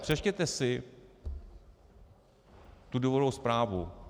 Přečtěte si důvodovou zprávu.